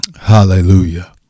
Hallelujah